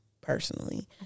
personally